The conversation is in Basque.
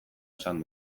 esan